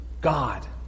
God